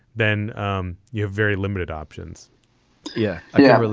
then um you have very limited options yeah. yeah.